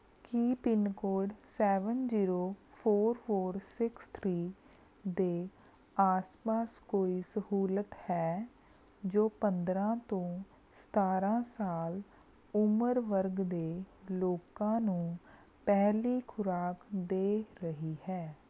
ਕੀ pincode seven zero four four six three ਦੇ ਆਸ ਪਾਸ ਕੋਈ ਸਹੂਲਤ ਹੈ ਜੋ ਪੰਦਰਾਂ ਤੋਂ ਸਤਾਰਾਂ ਸਾਲ ਉਮਰ ਵਰਗ ਦੇ ਲੋਕਾਂ ਨੂੰ ਪਹਿਲੀ ਖੁਰਾਕ ਦੇ ਰਹੀ ਹੈ